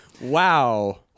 Wow